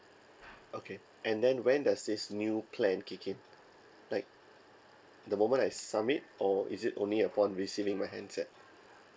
okay and then when does this new plan kick in like the moment I submit or is it only upon receiving my handset